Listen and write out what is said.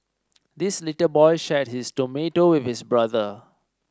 this little boy shared his tomato with his brother